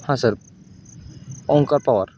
हां सर ओंकार पवार